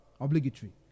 Obligatory